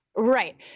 Right